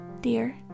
dear